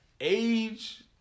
age